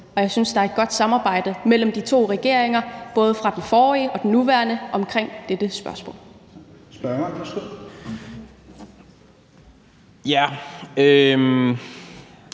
Og jeg synes, der er et godt samarbejde mellem de to regeringer, både i forhold til den forrige og den nuværende, omkring dette spørgsmål. Kl. 21:22 Fjerde